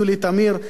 יולי תמיר,